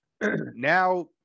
Now